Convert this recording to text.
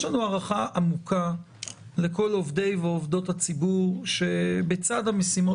יש לנו הערכה עמוקה לכל עובדי ועובדות הציבור שבצד המשימות